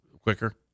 quicker